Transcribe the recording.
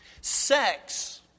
Sex